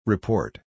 Report